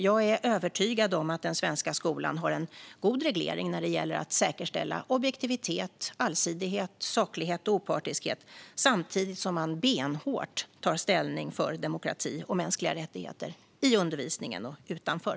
Jag är övertygad om att den svenska skolan har en god reglering när det gäller att säkerställa objektivitet, allsidighet, saklighet och opartiskhet samtidigt som man benhårt tar ställning för demokrati och mänskliga rättigheter, i undervisningen och utanför.